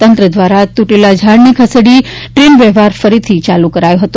તંત્ર દ્વારા ત્રટેલા ઝાડને ખસેડી ટ્રેન વ્યવહાર ફરીથી ચાલુ કરાયો હતો